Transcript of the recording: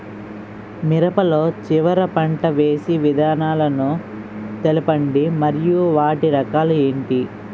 మిరప లో చివర పంట వేసి విధానాలను తెలపండి మరియు వాటి రకాలు ఏంటి